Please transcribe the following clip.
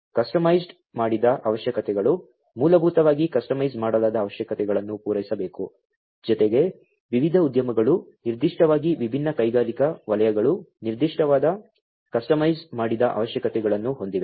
customise ಮಾಡಿದ ಅವಶ್ಯಕತೆಗಳು ಮೂಲಭೂತವಾಗಿ ಕಸ್ಟಮೈಸ್ ಮಾಡಲಾದ ಅವಶ್ಯಕತೆಗಳನ್ನು ಪೂರೈಸಬೇಕು ಜೊತೆಗೆ ವಿವಿಧ ಉದ್ಯಮಗಳು ನಿರ್ದಿಷ್ಟವಾಗಿ ವಿಭಿನ್ನ ಕೈಗಾರಿಕಾ ವಲಯಗಳು ನಿರ್ದಿಷ್ಟವಾದ ಕಸ್ಟಮೈಸ್ ಮಾಡಿದ ಅವಶ್ಯಕತೆಗಳನ್ನು ಹೊಂದಿವೆ